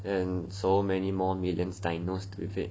and so many more millions diagnosed with it